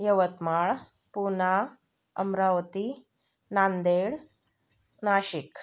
Yavatmal Pune Amravati Nanded Nashik